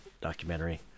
documentary